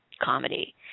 comedy